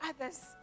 others